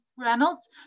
Reynolds